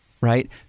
Right